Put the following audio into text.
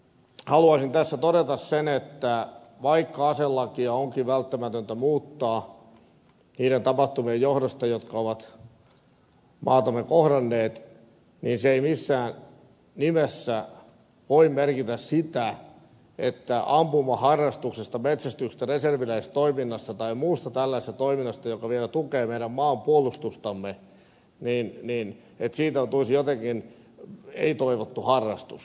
haluaisin tässä todeta sen että vaikka aselakia onkin välttämätöntä muuttaa niiden tapahtumien johdosta jotka ovat maatamme kohdanneet niin se ei missään nimessä voi merkitä sitä että ampumaharrastuksesta metsästyksestä reserviläistoiminnasta tai muusta tällaisesta toiminnasta joka vielä tukee meidän maanpuolustustamme tulisi jotenkin ei toivottu harrastus